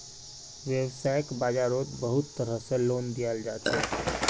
वैव्साय बाजारोत बहुत तरह से लोन दियाल जाछे